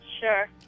Sure